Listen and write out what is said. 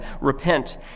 Repent